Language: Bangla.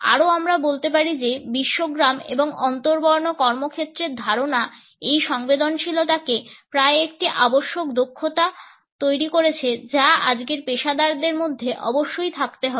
আরও আমরা বলতে পারি যে বিশ্বগ্রাম এবং অন্তর্বর্ণ কর্মক্ষেত্রের ধারণা এই সংবেদনশীলতাকে প্রায় একটি আবশ্যক দক্ষতা তৈরি করেছে যা আজকের পেশাদারদের মধ্যে অবশ্যই থাকতে হবে